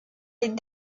les